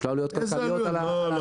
יש לו עלויות כלכליות על העסקים.